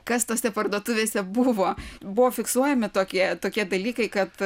kas tose parduotuvėse buvo buvo fiksuojami tokie tokie dalykai kad